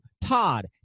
Todd